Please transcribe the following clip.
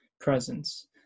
presence